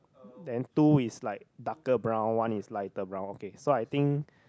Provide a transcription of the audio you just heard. then two is like darker brown one is lighter brown okay so I think